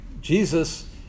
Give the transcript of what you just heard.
Jesus